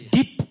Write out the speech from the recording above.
Deep